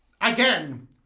Again